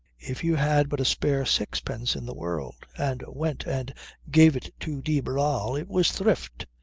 if you had but a spare sixpence in the world and went and gave it to de barral it was thrift!